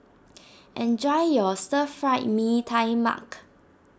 enjoy your Stir Fried Mee Tai Mak